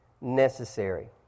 necessary